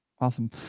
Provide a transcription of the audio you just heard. Awesome